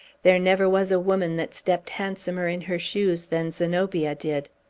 there never was a woman that stept handsomer in her shoes than zenobia did.